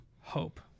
Hope